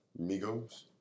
Migos